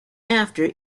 after